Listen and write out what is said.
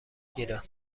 گیرم